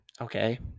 Okay